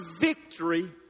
victory